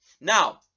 now